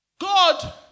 God